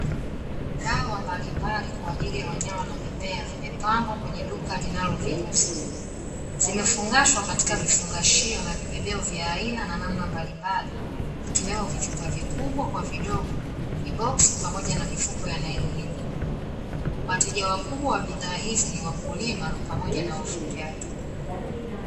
Dawa mbalimbali kwa ajili ya wanyama na mimea vimepangwa kwenye duka linaloviuza. Zimefungashwa katika vifungashio na vibebeo vya aina na namna mbalimbali, ikiwemo vichupa vikubwa kwa vidogo, viboksi pamoja na mifuko ya nailoni ngumu. Wateja wakubwa wa bidhaa hizi ni wakulima pamoja na wafugaji.